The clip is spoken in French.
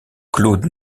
claude